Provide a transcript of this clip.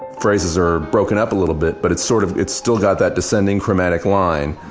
phrases are broken up a little bit but it sort of, it still got that descending chromatic line.